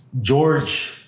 George